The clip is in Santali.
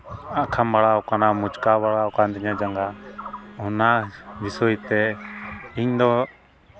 ᱟᱠᱷᱟᱸᱵᱽᱲᱟᱣ ᱠᱟᱱᱟ ᱢᱚᱪᱠᱟᱣ ᱵᱟᱲᱟ ᱠᱟᱱ ᱛᱤᱧᱟᱹ ᱡᱟᱸᱜᱟ ᱚᱱᱟ ᱵᱤᱥᱚᱭ ᱛᱮ ᱤᱧᱫᱚ